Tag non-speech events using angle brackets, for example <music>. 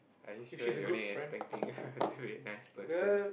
are you sure you are only expecting <laughs> i thought you're a nice person